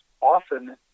often